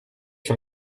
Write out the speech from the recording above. sur